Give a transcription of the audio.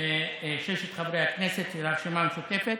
ששת חבר הכנסת של הרשימה המשותפת.